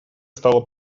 стало